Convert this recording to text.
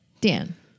Dan